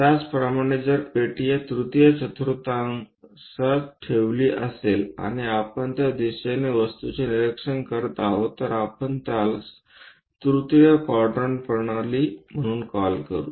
त्याचप्रमाणे जर पेटी तृतीय चतुर्थांशात ठेवली असेल आणि आपण त्या दिशेने वस्तूचे निरीक्षणे करीत आहोत तर आपण त्यास तृतीय क्वाड्रंट प्रणाली म्हणून कॉल करू